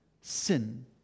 sin